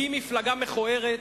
היא מפלגה מכוערת,